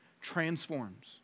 transforms